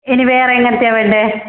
ഇനി വേറെ എങ്ങനത്തെയാണ് വേണ്ടത്